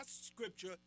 scripture